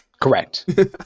Correct